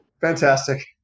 Fantastic